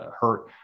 hurt